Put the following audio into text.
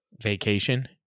Vacation